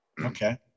Okay